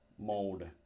mode